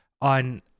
on